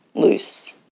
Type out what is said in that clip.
loose,